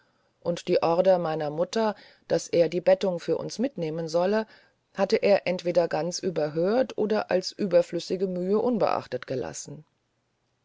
und die order meiner mutter daß er bettung für uns mitnehmen solle hatte er entweder ganz überhört oder als überflüssige mühe unbeachtet gelassen